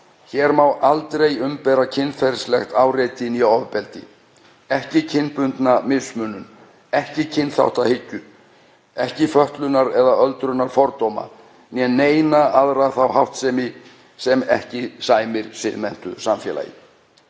hér má aldrei umbera kynferðislega áreitni eða ofbeldi, ekki kynbundna mismunun, ekki kynþáttahyggju, ekki fötlunar- eða öldrunarfordóma né neina aðra þá háttsemi sem ekki sæmir siðmenntuðu samfélagi.